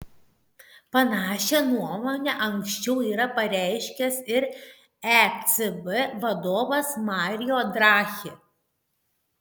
panašią nuomonę anksčiau yra pareiškęs ir ecb vadovas mario draghi